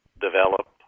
develop